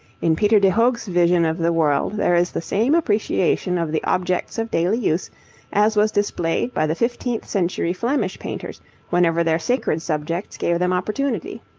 in peter de hoogh's vision of the world there is the same appreciation of the objects of daily use as was displayed by the fifteenth-century flemish painters whenever their sacred subjects gave them opportunity.